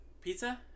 Pizza